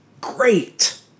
great